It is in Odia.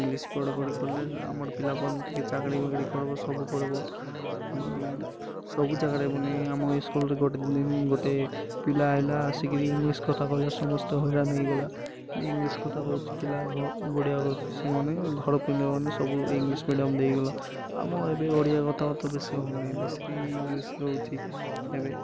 ଇଂଲିଶ ପଢ଼ା ପଢ଼ି କଲେ ଆମର ପିଲା ଟିକେ ଚାକିରି ବାକିରି କରିବ ସବୁ କରିବ ସବୁ ଜାଗାରେ ମାନେ ଆମ ସ୍କୁଲରେ ଗୋଟେ ଦିନ ଗୋଟେ ପିଲା ଆସିଲା ଆସି କିରି ଇଂଲିଶ କଥା କହିଲ ସମସ୍ତେ ହଇରାଣି ହେଇଗଲା ଇଂଲିଶ କଥା କହୁଛି ପିଲା ବଢ଼ିଆ କହୁଛି ସେମାନେ ଘର ପିଲାମାନେ ସବୁ ଇଂଲିଶ ମିଡ଼ିୟମ୍ ଦେଇଗଲା ଆମ ଏବେ ଓଡ଼ିଆ କଥାବାର୍ତ୍ତା ବେଶୀ ହେଉନାହିଁ ବେଶି ଇଂଲିଶରେ ହେଉଛି ଏବେ